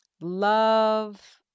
love